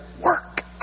work